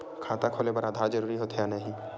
खाता खोले बार आधार जरूरी हो थे या नहीं?